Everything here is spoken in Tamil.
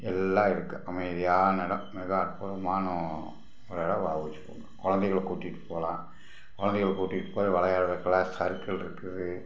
எல்லாம் இருக்குது அமைதியான இடம் மிக அற்புதமான ஒரு இடம் வஉசி பூங்கா குழந்தைகள கூட்டிகிட்டு போகலாம் குழந்தைகள் கூட்டிகிட்டு போய் விளையாடுறதுக்குலாம் சருக்கல் இருக்குது